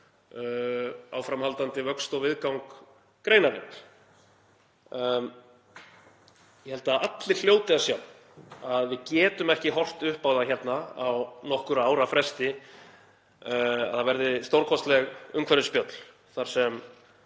áframhaldandi vöxt og viðgang greinarinnar. Ég held að allir hljóti að sjá að við getum ekki horft upp á það á nokkurra ára fresti að það verði stórkostleg umhverfisspjöll þar sem